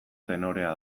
tenorea